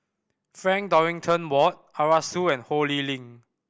Frank Dorrington Ward Arasu and Ho Lee Ling